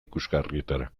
ikusgarrietara